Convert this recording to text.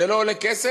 זה לא עולה כסף?